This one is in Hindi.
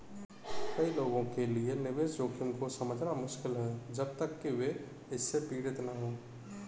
कई लोगों के लिए निवेश जोखिम को समझना मुश्किल है जब तक कि वे इससे पीड़ित न हों